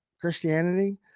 christianity